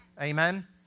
Amen